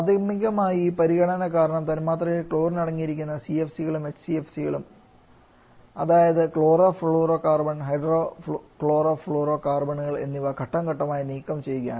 പ്രാഥമികമായി ഈ പരിഗണന കാരണം തന്മാത്രയിൽ ക്ലോറിൻ അടങ്ങിയിരിക്കുന്ന CFCകളും HCFCകളും അതായത് ക്ലോറോഫ്ലൂറോകാർബൺ ഹൈഡ്രോക്ലോറോഫ്ലൂറോകാർബണുകൾ എന്നിവ ഘട്ടംഘട്ടമായി നീക്കം ചെയ്യുകയാണ്